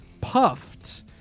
Puffed